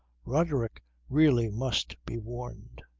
roderick really must be warned.